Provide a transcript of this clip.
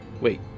Wait